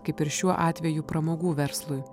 kaip ir šiuo atveju pramogų verslui